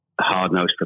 hard-nosed